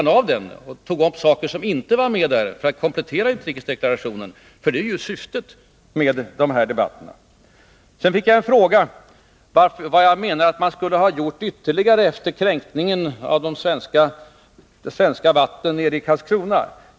Jag tog i mitt anförande upp saker som inte var med där för att komplettera utrikesdeklarationen. Det är ju ett av syftena med dagens debatt. Jag fick en fråga om vad man enligt min mening ytterligare skulle ha gjort efter kränkningen av svenskt vatten utanför Karlskrona.